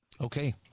Okay